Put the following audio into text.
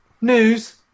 news